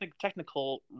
technical